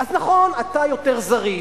אז נכון, אתה יותר זריז,